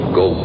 go